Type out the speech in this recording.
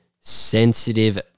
sensitive